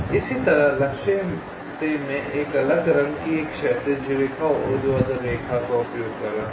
इसी तरह लक्ष्य से मैं एक अलग रंग एक क्षैतिज रेखा और एक ऊर्ध्वाधर रेखा का उपयोग कर रहा हूं